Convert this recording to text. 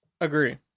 agree